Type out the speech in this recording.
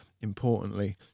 importantly